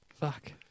Fuck